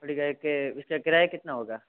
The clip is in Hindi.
बड़ी गाड़ी के उसका किराया कितना होगा